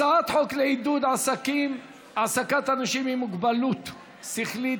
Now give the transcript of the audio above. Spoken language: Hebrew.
הצעת חוק לעידוד העסקת אנשים עם מוגבלות שכלית,